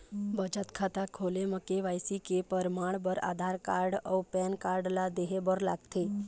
बचत खाता खोले म के.वाइ.सी के परमाण बर आधार कार्ड अउ पैन कार्ड ला देहे बर लागथे